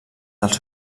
dels